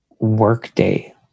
workday